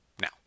Now